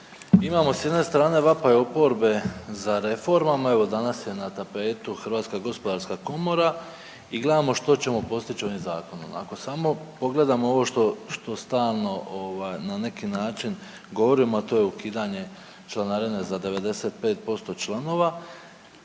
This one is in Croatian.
imamo s jedne strane vapaj oporbe za reformama, evo danas je na tapeti Hrvatska gospodarska komora i gledamo što ćemo postići ovim zakonom. Ako samo pogledamo ovo što stalno na neki način govorimo, a to je ukidanje članarine za 95% članova